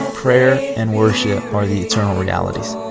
prayer and worship are the eternal realities.